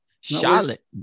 charlotte